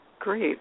Great